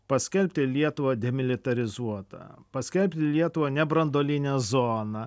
paskelbti lietuvą demilitarizuota paskelbti lietuvą nebranduoline zona